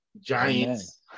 Giants